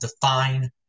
define